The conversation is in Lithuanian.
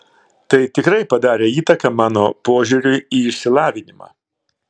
tai tikrai padarė įtaką mano požiūriui į išsilavinimą